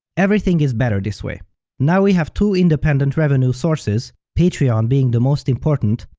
everything is better this way now we have two independent revenue sources patreon being the most important,